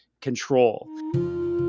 control